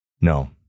No